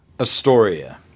Astoria